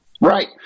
Right